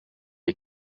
wir